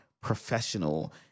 professional